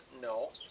No